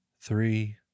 three